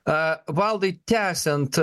a valdai tęsiant